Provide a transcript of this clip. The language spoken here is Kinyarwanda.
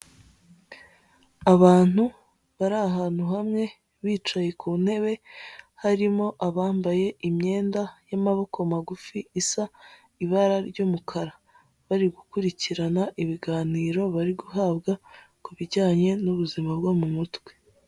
Abantu bari ahantu hamwe, bicaye ku ntebe, harimo abambaye imyenda y'amaboko magufi isa ibara ry'umukara, bari gukurikirana ibiganiro bari guhabwa ku bijyanye n'ubuzima bwo mu mutwe.